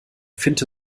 finte